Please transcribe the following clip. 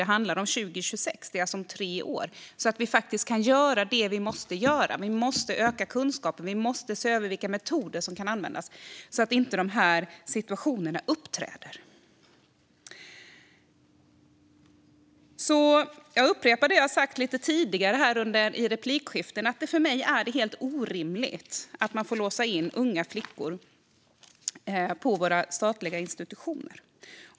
Det handlar om 2026. Det är alltså om tre år, så att vi faktiskt kan göra det vi måste göra. Vi måste öka kunskapen och se över vilka metoder som kan användas så att inte de här situationerna uppträder. Jag upprepar det jag har sagt lite tidigare här i replikskiften, att det för mig är helt orimligt att man får låsa in unga flickor på våra statliga institutioner.